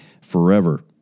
Forever